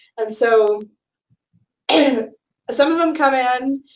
and so and some of them come in,